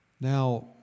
Now